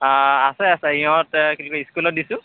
অঁ আছে আছে সিহঁত কি কয় স্কুলত দিছোঁ